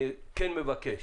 אני מבקש,